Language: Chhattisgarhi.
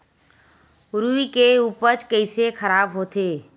रुई के उपज कइसे खराब होथे?